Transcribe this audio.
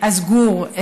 אז לגור,